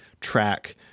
track